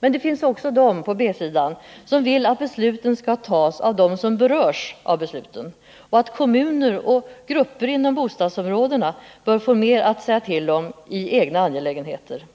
Men på B-sidan finns de som vill att besluten skall fattas av dem som berörs av besluten och att kommuner och grupper inom bostadsområden bör få mer att säga till om i egna angelägenheter.